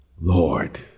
Lord